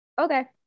Okay